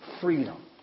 freedom